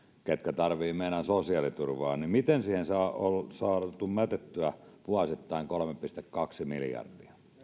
joka tarvitsee meidän sosiaaliturvaa niin miten siihen on saatu mätettyä vuosittain kolme pilkku kaksi miljardia